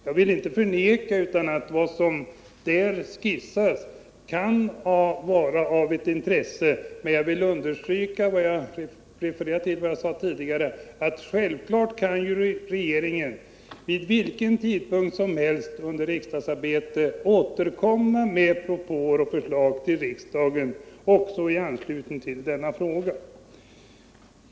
Jag vill inte förneka att vad som där skisseras kan vara av intresse, men jag vill understryka att regeringen självklart vid vilken tidpunkt som helst kan återkomma till riksdagen med förslag beträffande denna fråga.